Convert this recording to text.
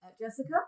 Jessica